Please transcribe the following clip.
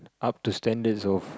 up to standards so